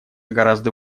гораздо